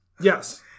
Yes